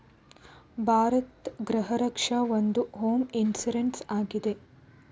ಭಾರತ್ ಗೃಹ ರಕ್ಷ ಒಂದು home insurance ಆಗಿದೆ